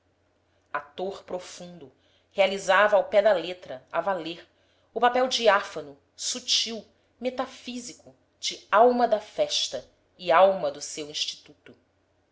ator profundo realizava ao pé da letra a valer o papel diáfano sutil metafísico de alma da festa e alma do seu instituto